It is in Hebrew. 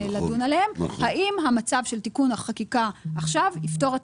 - האם המצב של תיקון החקיקה עכשיו יפתור את